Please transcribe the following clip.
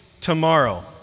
tomorrow